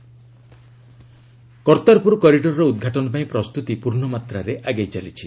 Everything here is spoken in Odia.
କର୍ତ୍ତାରପୁର କରିଡ଼ର କର୍ତ୍ତାରପୁର କରିଡ଼ରର ଉଦ୍ଘାଟନ ପାଇଁ ପ୍ରସ୍ତୁତି ପୂର୍ଣ୍ଣମାତ୍ରାରେ ଆଗେଇ ଚାଲିଛି